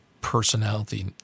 personality